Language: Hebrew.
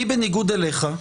אני, בניגוד אליך,